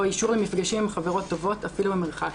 או אישור למפגשים עם חברות טובות אפילו ממרחק,